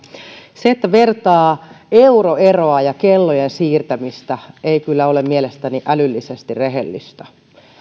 se että vertaa euroeroa ja kellojen siirtämistä ei kyllä ole mielestäni älyllisesti rehellistä